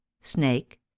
snake